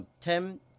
Ten